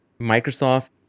Microsoft